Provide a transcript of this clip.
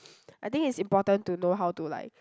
I think it's important to know how to like